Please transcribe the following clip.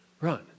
run